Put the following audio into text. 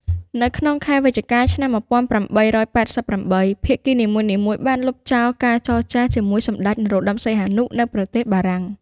នៅក្នុងខែវិច្ឆិកា ១៩៨៨ ភាគីនីមួយៗបានលុបចោលការចរចាជាមួយសម្ដេច នរោត្តមសីហនុ នៅប្រទេសបារាំង។